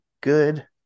good